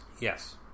Yes